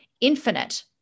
infinite